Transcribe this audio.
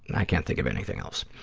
i can't think of anything else.